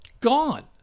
gone